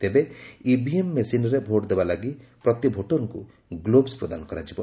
ତେବେ ଇଭିଏମ୍ ମେସିନ୍ରେ ଭୋଟ୍ ଦେବା ଲାଗି ପ୍ରତି ଭୋଟରଙ୍କୁ ଗ୍ଲୋଭସ୍ ପ୍ରଦାନ କରାଯିବ